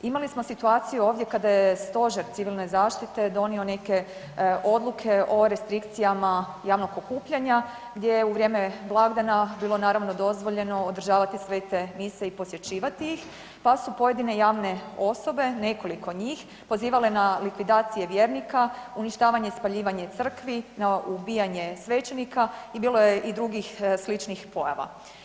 Imali smo situaciju ovdje kada je Stožer Civilne zaštite donio neke odluke o restrikcijama javnog okupljanja gdje je u vrijeme blagdana bilo naravno dozvoljeno održavati svete mise i posjećivati ih, pa su pojedine javne osobe, nekoliko njih pozivale na likvidacije vjernika, uništavanje i spaljivanje crkvi, ubijanje svećenika i bilo je i drugih sličnih pojava.